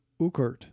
Ukert